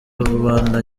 rubanda